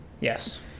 Yes